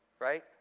Right